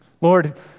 Lord